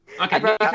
Okay